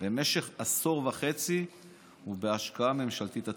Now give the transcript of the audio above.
במשך עשור וחצי ובהשקעה ממשלתית עצומה.